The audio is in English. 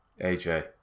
AJ